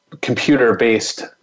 computer-based